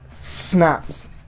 snaps